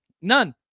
None